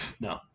No